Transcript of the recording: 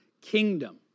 kingdom